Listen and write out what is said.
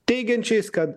teigiančiais kad